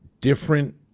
different